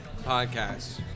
podcast